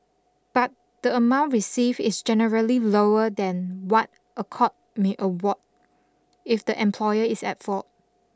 but the amount received is generally lower than what a court may award if the employer is at fault